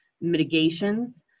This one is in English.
mitigations